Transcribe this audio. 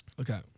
Okay